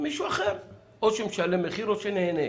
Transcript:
מישהו אחר או שמשלם מחיר או שנהנה.